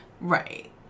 Right